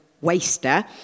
Waster